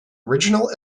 original